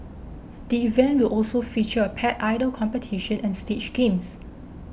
the event will also feature a Pet Idol competition and stage games